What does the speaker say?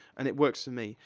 and it works for me.